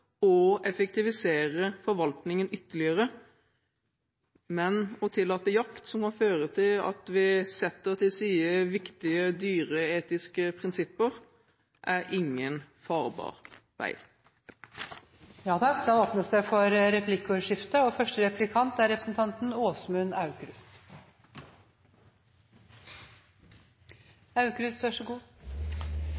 og effektivisere forvaltningen ytterligere. Men å tillate jakt som kan føre til at vi setter til side viktige dyreetiske prinsipper, er ingen farbar vei. Det blir replikkordskifte. Jeg takker ministeren for et godt innlegg, og for at hun er